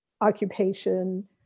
occupation